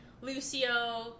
lucio